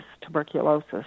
tuberculosis